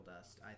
Dust